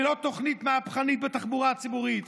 ללא תוכנית מהפכנית בתחבורה הציבורית,